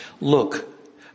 Look